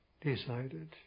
decided